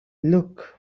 look